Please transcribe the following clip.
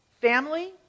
family